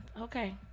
Okay